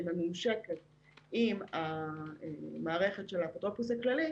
שנמצאת בממשק עם המערכת של האפוטרופוס הכללי,